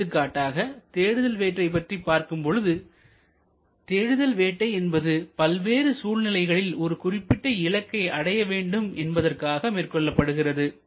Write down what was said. எடுத்துக்காட்டாக தேடுதல் வேட்டை பற்றிபார்க்கும் பொழுது தேடுதல் வேட்டை என்பது பல்வேறு சூழ்நிலைகளில் ஒரு குறிப்பிட்ட இலக்கை அடைய வேண்டும் என்பதற்காக மேற்கொள்ளப்படுவது